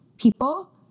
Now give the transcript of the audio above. people